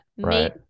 Right